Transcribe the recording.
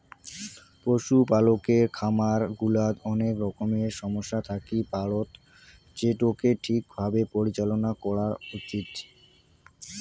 পশুপালকের খামার গুলাত অনেক রকমের সমস্যা থাকি পারত যেটোকে ঠিক ভাবে পরিচালনা করাত উচিত